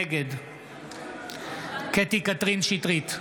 נגד קטי קטרין שטרית,